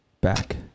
back